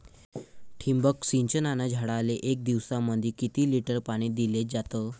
ठिबक सिंचनानं झाडाले एक दिवसामंदी किती लिटर पाणी दिलं जातं?